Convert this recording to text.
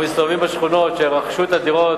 אנחנו מסתובבים בשכונות שרכשו בהן את הדירות,